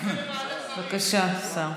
בוועדת שרים.